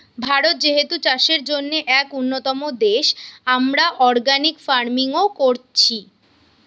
ভারত যেহেতু চাষের জন্যে এক উন্নতম দেশ, আমরা অর্গানিক ফার্মিং ও কোরছি